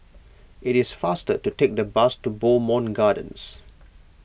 it is faster to take the bus to Bowmont Gardens